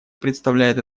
представляет